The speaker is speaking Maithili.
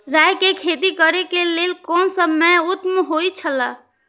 राय के खेती करे के लेल कोन समय उत्तम हुए छला?